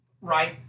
right